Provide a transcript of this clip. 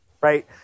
right